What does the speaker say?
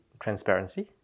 Transparency